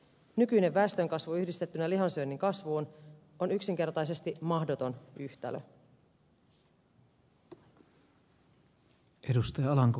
nykyinen väestönkasvu yhdistettynä lihansyönnin kasvuun on yksinkertaisesti mahdoton yhtälö